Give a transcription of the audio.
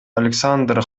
александр